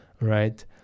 right